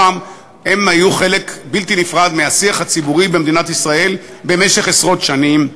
הן היו חלק בלתי נפרד מהשיח הציבורי במדינת ישראל במשך עשרות שנים.